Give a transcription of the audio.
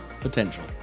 potential